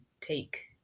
take